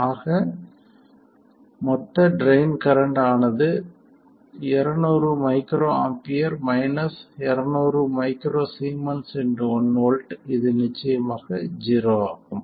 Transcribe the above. ஆக மொத்த drain current ஆனது 200 µA 200 µS 1 V இது நிச்சயமாக 0 ஆகும்